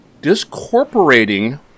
discorporating